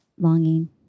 longing